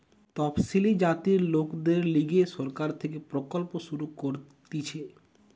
তপসিলি জাতির লোকদের লিগে সরকার থেকে প্রকল্প শুরু করতিছে